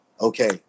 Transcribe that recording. okay